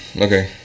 okay